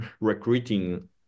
recruiting